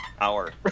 hour